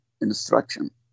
instruction